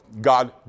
God